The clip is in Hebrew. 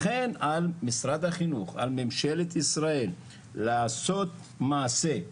לכן על משרד החינוך, על ממשלת ישראל, לעשות מעשה.